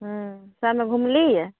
हूँ शहर मे घुमलियै